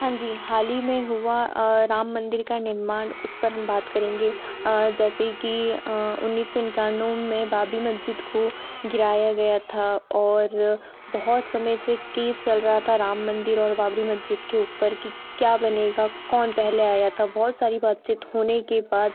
हाँ जी हाल ही में हुआ राम मंदिर का निर्माण उस पर हम बात करेंगे जैसे कि उन्नीस सौ इक्यानवे में बाबरी मज्जिद को गिराया गया था और बहुत समय से केस चल रहा था राम मंदिर और बाबरी मज्जिद के ऊपर कि क्या बनेगा कौन पहले आया था बहुत सारी बातचीत होने के बाद